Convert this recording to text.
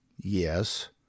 Yes